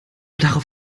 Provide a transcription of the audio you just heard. darauf